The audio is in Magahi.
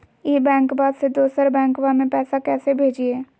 ई बैंकबा से दोसर बैंकबा में पैसा कैसे भेजिए?